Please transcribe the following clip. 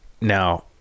Now